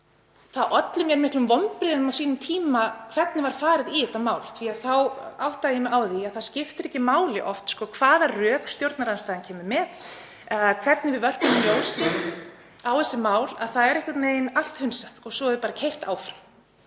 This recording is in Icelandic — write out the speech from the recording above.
Það olli mér miklum vonbrigðum á sínum tíma hvernig var farið í þetta mál því þá áttaði ég mig á því að það skiptir oft ekki máli hvaða rök stjórnarandstaðan kemur með eða hvernig við vörpum ljósi á mál, það er einhvern veginn allt hunsað og svo er bara keyrt áfram.